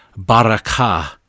barakah